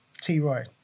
T-Roy